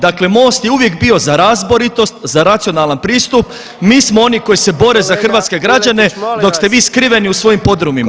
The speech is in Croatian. Dakle, Most je uvijek bio za razboritost, za racionalan pristup, mi smo oni koji se bore za hrvatske građane [[Upadica: Kolega Miletić, molim vas]] dok ste vi skriveni u svojim podrumima.